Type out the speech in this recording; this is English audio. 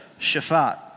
Shaphat